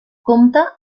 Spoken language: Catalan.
compta